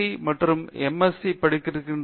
பேராசிரியர் அரிந்தமா சிங் ஆராய்ச்சி செய்வதற்கு